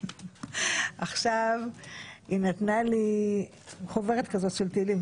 היא נתנה לי חוברת של תהילים,